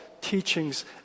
teachings